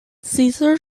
cesar